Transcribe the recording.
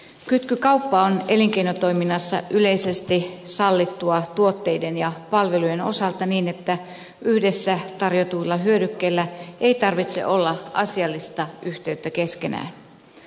kytkykauppa on elinkeinotoiminnassa yleisesti sallittua tuotteiden ja palvelujen osalta niin että yhdessä tarjotuilla hyödykkeillä ei tarvitse olla asiallista yhteyttä keskenään